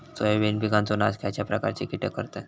Soybean पिकांचो नाश खयच्या प्रकारचे कीटक करतत?